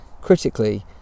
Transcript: Critically